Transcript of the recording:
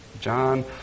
John